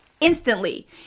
instantly